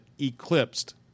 eclipsed